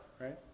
right